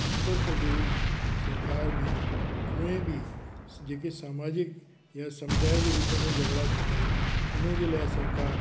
उत्तर प्रदेश सरकार में कोई बि जेकी समाजिक या समुदाय जी विच में झगड़ा थींदा आहिनि उन जे लाइ सरकार